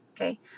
Okay